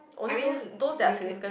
I mean you can